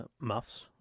muffs